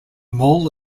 mall